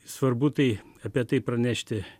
svarbu tai apie tai pranešti